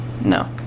no